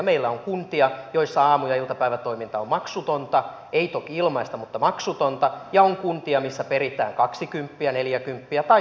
meillä on kuntia joissa aamu ja iltapäivätoiminta on maksutonta ei toki ilmaista mutta maksutonta ja on kuntia missä peritään kaksikymppiä neljäkymppiä tai maksimi kuusikymppiä